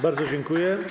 Bardzo dziękuję.